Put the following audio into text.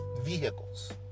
vehicles